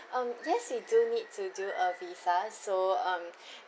um yes you do need to do a visa so um